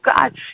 God